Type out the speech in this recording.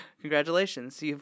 Congratulations